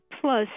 plus